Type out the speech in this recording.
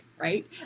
right